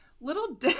Little